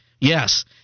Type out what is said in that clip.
Yes